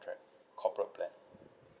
~tract corporate plan